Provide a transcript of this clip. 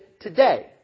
today